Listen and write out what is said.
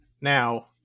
Now